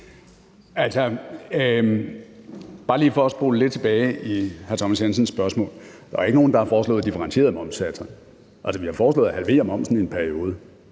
Bare lige for at spole lidt tilbage i hr. Thomas Jensens spørgsmål: Der er jo ikke nogen, der har foreslået differentierede momssatser. Vi har foreslået at halvere momsen i en periode.